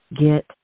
get